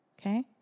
Okay